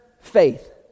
faith